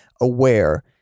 aware